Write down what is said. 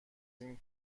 این